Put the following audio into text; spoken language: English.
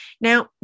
now